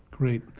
Great